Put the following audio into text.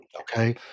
okay